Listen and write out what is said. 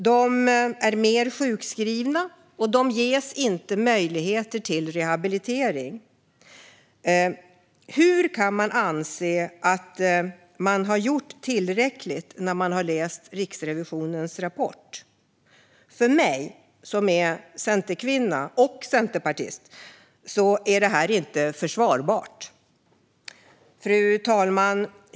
De är sjukskrivna mer, och de ges inte möjlighet till rehabilitering. Hur kan man anse att man har gjort tillräckligt när man har läst Riksrevisionens rapport? För mig, som är centerkvinna och centerpartist, är detta inte försvarbart. Fru talman!